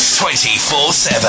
24-7